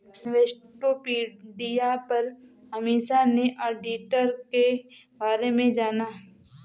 Investopedia पर अमीषा ने auditor के बारे में जाना